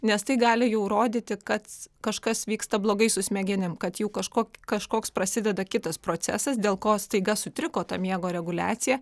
nes tai gali jau rodyti kad kažkas vyksta blogai su smegenim kad jau kažko kažkoks prasideda kitas procesas dėl ko staiga sutriko ta miego reguliacija